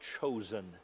chosen